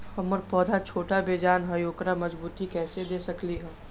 हमर पौधा छोटा बेजान हई उकरा मजबूती कैसे दे सकली ह?